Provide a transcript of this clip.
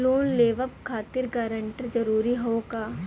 Loan लेवब खातिर guarantor जरूरी हाउ का?